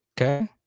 Okay